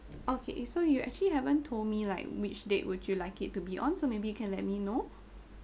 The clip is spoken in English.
okay so you actually haven't told me like which date would you like it to be on so maybe you can let me know